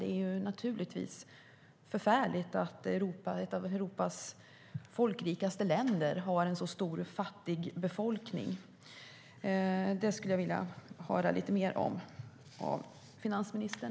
Det är naturligtvis förfärligt att ett av Europas folkrikaste länder har en sådan stor fattig befolkning. Det skulle jag vilja höra lite mer om från finansministern.